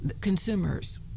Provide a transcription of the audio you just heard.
consumers